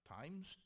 Times